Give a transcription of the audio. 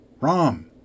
Rom